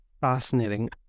Fascinating